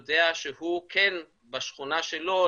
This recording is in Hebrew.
יודע שהוא כן בשכונה שלו,